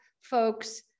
folks